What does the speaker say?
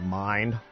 mind